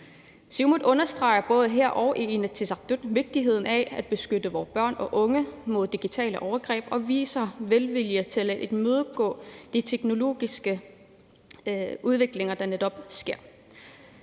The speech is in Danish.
Siumut understreger både her og i Inatsisartut vigtigheden af at beskytte vore børn og unge mod digitale overgreb og viser velvilje til at imødegå de teknologiske udviklinger, der netop sker.